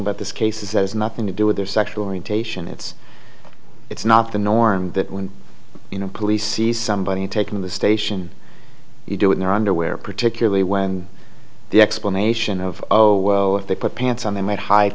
about this case is that has nothing to do with their sexual orientation it's it's not the norm that when you know police sees somebody taking the station you do in their underwear particularly when the explanation of if they put pants on they might hide